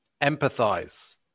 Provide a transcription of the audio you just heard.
empathize